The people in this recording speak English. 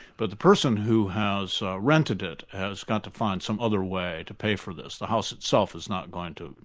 but the person who has rented it has got to find some other way to pay for this, the house itself is not going to.